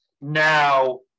now